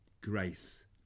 grace